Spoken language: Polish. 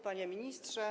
Panie Ministrze!